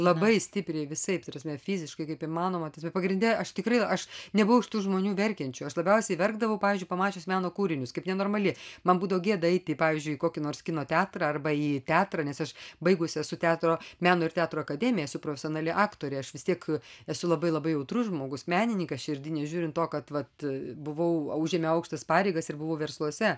labai stipriai visaip ta prasme fiziškai kaip įmanoma ta prasme pagrinde aš tikrai aš nebuvau iš tų žmonių verkiančių aš labiausiai verkdavau pavyzdžiui pamačius meno kūrinius kaip nenormali man būdavo gėda eiti į pavyzdžiui kokį nors kino teatrą arba į teatrą nes aš baigusi esu teatro meno ir teatro akademiją esu profesionali aktorė aš vis tiek esu labai labai jautrus žmogus menininkas širdy nežiūrint to kad vat buvau užėmiau aukštas pareigas ir buvau versluose